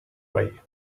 way